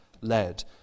led